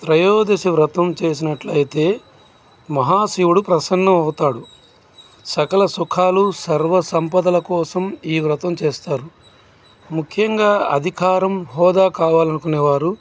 త్రయోదశి వ్రతం చేసినట్లయితే మహాశివుడు ప్రసన్నమవుతాడు సకలసుఖాలు సర్వ సంపదల కోసం ఈ వ్రతం చేస్తారు ముఖ్యంగా అధికారం హోదా కావాలనుకునే వారు